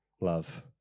love